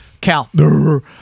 Cal